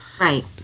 Right